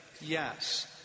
Yes